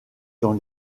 dans